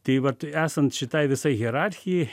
tai vat esant šitai visai hierarchijai